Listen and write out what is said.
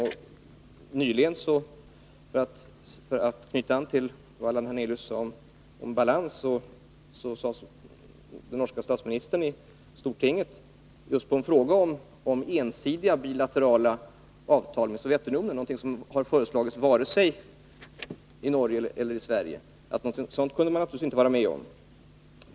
Och nyligen — för att knyta an till vad Allan Hernelius sade om balans — svarade den norske statsministern i Stortinget på en fråga om ensidiga bilaterala avtal med Sovjetunionen, något som inte har föreslagits i vare sig Sverige eller Norge. Han sade att man naturligtvis inte kan vara med om några sådana.